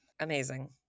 Amazing